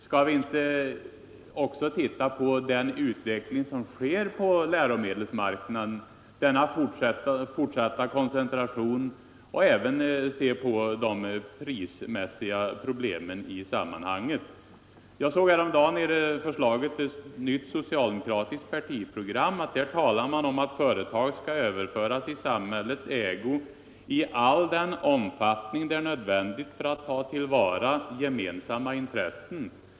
Skall vi inte också titta på den utveckling som sker på = sendets centrala och läromedelsmarknaden, den fortsatta koncentrationen och de prismässiga — regionala myndigproblemen i sammanhanget. Förslaget till nytt socialdemokratiskt par — heterm.m. tiprogram talar om att företag skall ”överföras i samhällets ägo” i all den omfattning det är nödvändigt för att ta till vara gemensamma intressen.